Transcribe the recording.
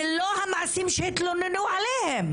ולא המעשים שהתלוננו עליהם.